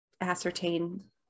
ascertain